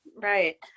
Right